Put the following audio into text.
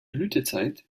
blütezeit